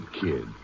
kid